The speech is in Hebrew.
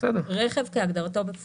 כי ברכב שלו עולה לו 20 שקלים